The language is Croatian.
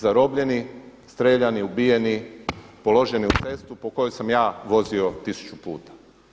Zarobljeni, strijeljani, ubijeni položeni u cestu po kojoj sam vozio tisuću puta.